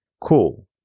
Cool